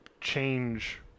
change